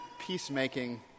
peacemaking